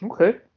Okay